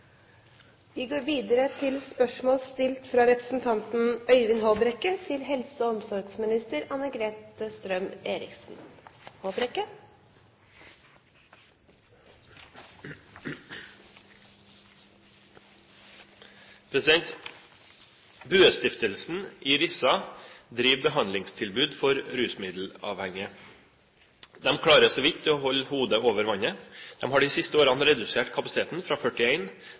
Rissa driver behandlingstilbud for rusmiddelavhengige. De klarer så vidt å holde hodet over vannet. De har de siste årene redusert kapasiteten fra